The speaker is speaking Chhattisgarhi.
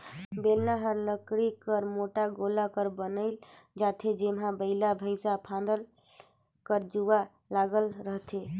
बेलना हर लकरी कर मोट गोला कर बइन रहथे जेम्हा बइला भइसा फादे कर जुवा लगल रहथे